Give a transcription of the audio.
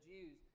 Jews